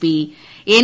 P N